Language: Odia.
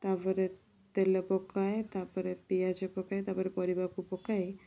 ତା'ପରେ ତେଲ ପକାଏ ତା'ପରେ ପିଆଜ ପକାଏ ତା'ପରେ ପରିବାକୁ ପକାଇ